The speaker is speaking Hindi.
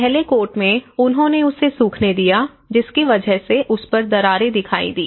पहले कोट में उन्होंने उसे सूखने दिया जिसकी वजह से उस पर दरारे दिखाई दीं